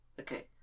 Okay